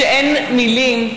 כשאין מילים,